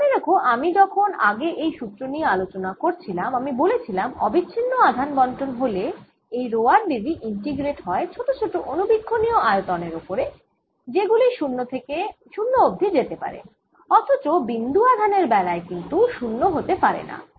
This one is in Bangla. মনে রেখো আমি যখন আগে এই সূত্র নিয়ে আলোচনা করছিলাম আমি বলেছিলাম অবিচ্ছিন্ন আধান বন্টন হলে এই rho r d v integrate হয় ছোট ছোট অনুবিক্ষনীয় আয়তনের ওপর যেগুলি শুন্য অবধি যেতে পারে অথচ বিন্দু আধানের বেলায় কিন্তু 0 হতে পারেনা